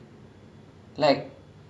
ya ya ya that's completely true